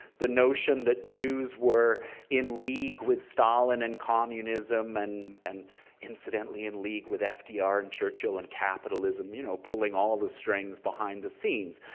the notion that jews were in league with stalin and communism and and incidentally in league with fdr and churchill and capitalism, you know pulling all of the strings behind the scenes,